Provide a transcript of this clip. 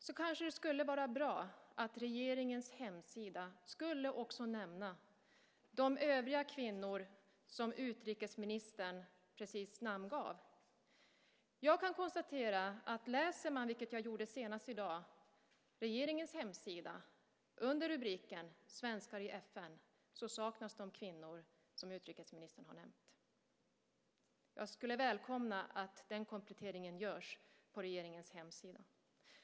Det skulle kanske vara bra om regeringens hemsida också nämner de övriga kvinnor som utrikesministern precis namngav. Jag kan konstatera att om man läser regeringens hemsida - vilket jag gjorde senast i dag - under rubriken "Svenskar i FN" saknas de kvinnor som utrikesministern har nämnt. Jag skulle välkomna att den kompletteringen görs på regeringens hemsida.